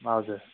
हजुर